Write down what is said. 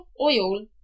oil